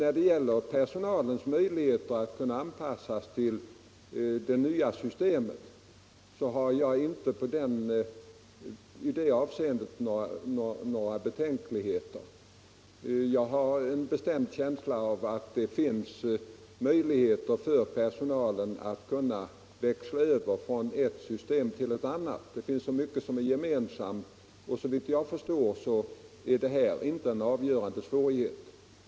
Beträffande personalens möjligheter att anpassa sig till det nya systemet hyser jag inte några betänkligheter. Jag har en bestämd känsla av att det är möjligt för personalen att växla över från ett system till ett annat. Det finns mycket som är gemensamt, och såvitt jag förstår är detta inte en avgörande svårighet.